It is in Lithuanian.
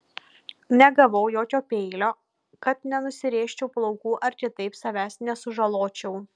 negavau jokio peilio kad nenusirėžčiau plaukų ar kitaip savęs nesužaločiau